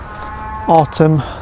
Autumn